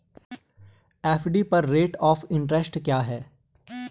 FD पर rate of interest क्या है?